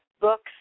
books